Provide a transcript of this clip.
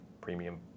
premium